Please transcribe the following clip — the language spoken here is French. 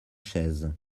chaises